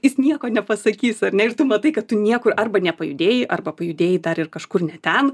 jis nieko nepasakys ar ne ir tu matai kad tu niekur arba nepajudėjai arba pajudėjai dar ir kažkur ne ten